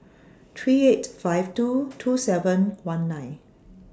three eight five two two seven one nine